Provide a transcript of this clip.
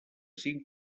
cinc